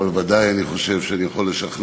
אבל ודאי אני יכול לשכנע